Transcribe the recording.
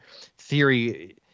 theory